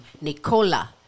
Nicola